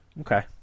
okay